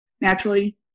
Naturally